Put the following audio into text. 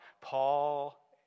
Paul